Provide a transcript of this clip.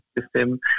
system